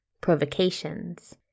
Provocations